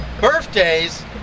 Birthdays